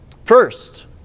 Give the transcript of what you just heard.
First